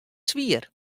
swier